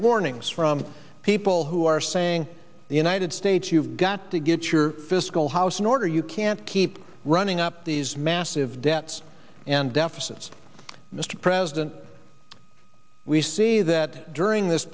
warnings from people who are saying the united states you've got to get your fiscal house in order you can't keep running up these massive debts and deficits mr president we see that during this